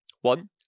One